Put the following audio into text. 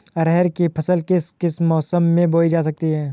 अरहर की फसल किस किस मौसम में बोई जा सकती है?